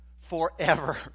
Forever